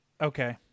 okay